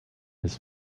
his